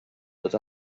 tot